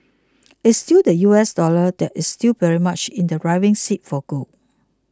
it's still the U S dollar that is still very much in the driving seat for gold